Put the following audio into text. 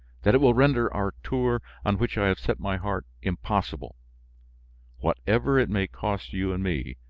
that it will render our tour, on which i have set my heart, impossible whatever it may cost you and me,